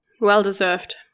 Well-deserved